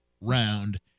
round